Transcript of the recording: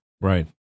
Right